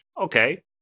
Okay